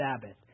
Sabbath